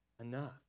enough